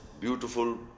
beautiful